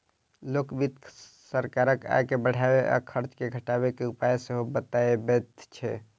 लोक वित्त सरकारक आय के बढ़बय आ खर्च के घटबय के उपाय सेहो बतबैत छै